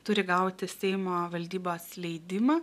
turi gauti seimo valdybos leidimą